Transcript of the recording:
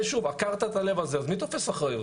עקרת את הלב הזה, אז מי תופס אחריות?